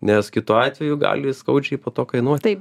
nes kitu atveju gali skaudžiai po to kainuot